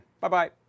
Bye-bye